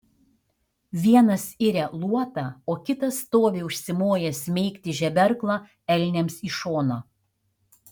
vienas iria luotą o kitas stovi užsimojęs smeigti žeberklą elniams į šoną